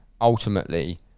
ultimately